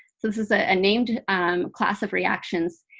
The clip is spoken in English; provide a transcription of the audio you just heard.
this is a named um class of reactions.